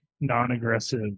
non-aggressive